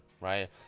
right